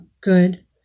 good